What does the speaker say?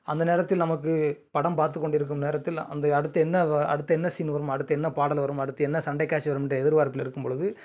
அந்த நேரத்தில் நமக்கு படம் பார்த்துக் கொண்டிருக்கும் நேரத்தில் அந்த அடுத்து என்ன வ அடுத்து என்ன சீன் வரும் அடுத்து என்ன பாடல் வரும் அடுத்து என்ன சண்டை காட்சி வருமென்ற எதிர்பார்ப்பில் இருக்கும்பொழுது